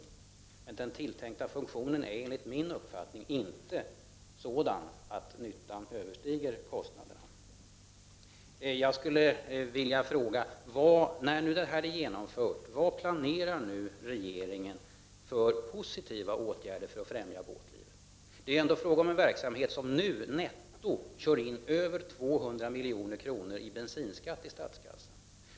Men den tilltänkta funktionenär ASA enligt min uppfattning inte sådan att nyttan överstiger kostnaderna. Jag skulle vilja fråga: När nu det här registret är genomfört, vad planerar regeringen för positiva åtgärder för att främja båtlivet? Det är ändå fråga om en verksamhet som nu netto kör in över 200 milj.kr. i bensinskatt till statskassan.